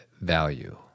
value